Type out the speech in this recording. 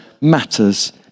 matters